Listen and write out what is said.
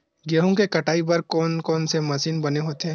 गेहूं के कटाई बर कोन कोन से मशीन बने होथे?